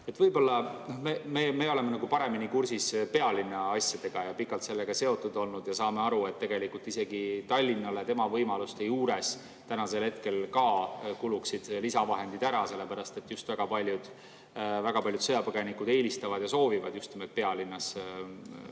Võib-olla me oleme paremini kursis pealinna asjadega, oleme pikalt sellega seotud olnud ja saame aru, et tegelikult isegi Tallinnale tema võimaluste juures tänasel hetkel kuluksid ka lisavahendid ära, sellepärast et väga paljud sõjapõgenikud eelistavad ja soovivad mõistetavatel põhjustel